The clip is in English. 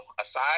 aside